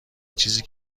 چیزی